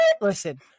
listen